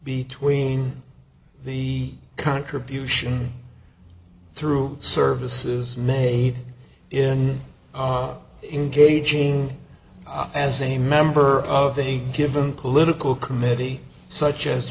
between the contribution through service is made in of engaging as a member of a given political committee such as